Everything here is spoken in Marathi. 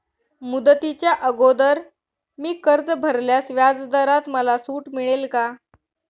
मुदतीच्या अगोदर मी कर्ज भरल्यास व्याजदरात मला सूट मिळेल का?